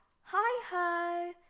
hi-ho